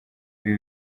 ibi